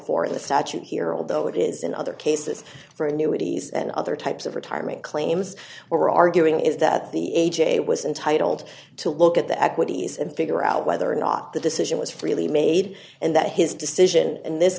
in the statute here although it is in other cases for annuities and other types of retirement claims we're arguing is that the a j was entitled to look at the equities and figure out whether or not the decision was freely made and that his decision in this